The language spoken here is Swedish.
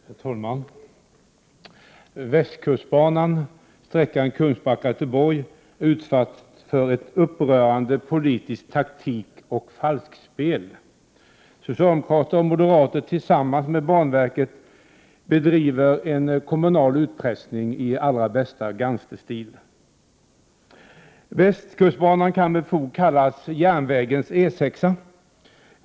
Herr talman! Västkustbanan — sträckan Kungsbacka-Göteborg — är utsatt för ett upprörande politiskt taktikoch falskspel. Socialdemokraterna och moderaterna bedriver tillsammans med banverket en kommunal utpressning i allra bästa gangsterstil. Västkustbanan kan med fog kallas järnvägens E 6.